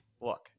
look